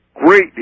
great